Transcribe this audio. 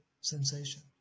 sensation